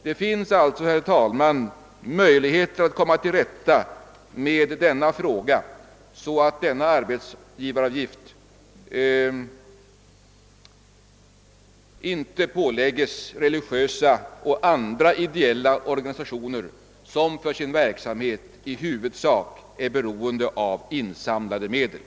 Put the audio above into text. Det finns alltså, herr talman, möjligheter att komma till rätta med den här frågan så att arbetsgivaravgiften inte behöver påföras religiösa eller andra ideella organisationer, som för sin verksamhet i huvudsak är beroende av insamlade medel.